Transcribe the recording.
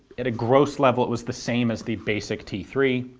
at a gross level, it was the same as the basic t three,